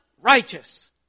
righteous